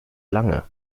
lange